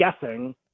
guessing